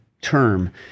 term